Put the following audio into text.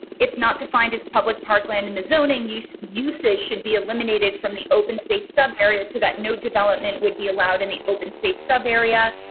if not defined is public parkland and the zoning use uses should be eliminated from the open space, sub areas. so, that no, development would be allowed in the open space, sub area.